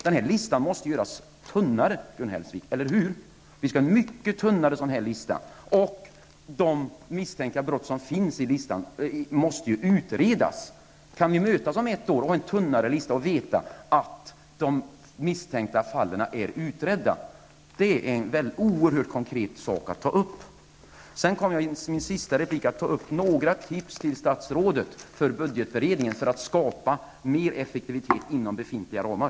Denna lista måste göras tunnare, Gun Hellsvik, eller hur? Och de misstänkta brotten måste utredas. Kan vi mötas om ett år och veta att de misstänkta fallen är utredda? Det är en oerhört konkret fråga att ta upp. I mitt sista inlägg kommer jag att ge några tips till statsrådet inför budgetberedningen för att det skall kunna skapas mer effektivitet inom befintliga ramar.